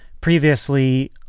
previously